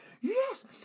Yes